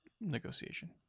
negotiation